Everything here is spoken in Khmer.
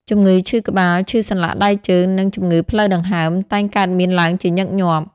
ជំងឺឈឺក្បាល ឈឺសន្លាក់ដៃជើង និងជំងឺផ្លូវដង្ហើមតែងកើតមានឡើងជាញឹកញាប់។